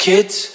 Kids